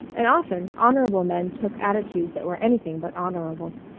and, often, honorable men took attitudes that were anything but honorable.